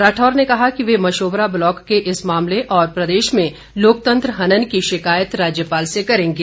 राठौर ने कहा कि वे मशोबरा ब्लॉक के इस मामले और प्रदेश में लोकतंत्र हनन की शिकायत राज्यपाल से करेंगे